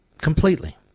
Completely